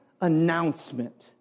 announcement